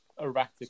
erratic